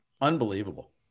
unbelievable